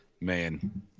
Man